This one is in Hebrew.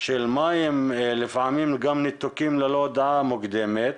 של מים, לפעמים גם ניתוקים ללא הודעה מוקדמת.